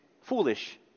foolish